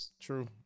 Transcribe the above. True